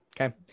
Okay